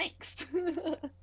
thanks